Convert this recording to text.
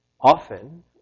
often